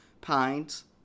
pines